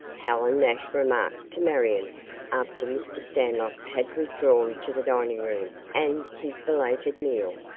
helen nash remarked to marion after mr. stanlock had withdrawn to the diningroom and his belated meal.